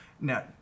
Now